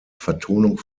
vertonung